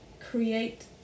create